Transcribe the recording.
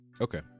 Okay